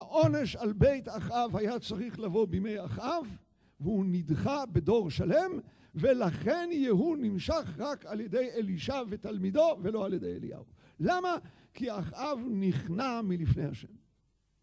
העונש על בית אחאב היה צריך לבוא בימי אחאב והוא נדחה בדור שלם ולכן יהוא נמשח רק על ידי אלישע ותלמידו ולא על ידי אליהו למה? כי אחיו נכנע מלפני ה'